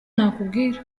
nakubwira